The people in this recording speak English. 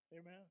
Amen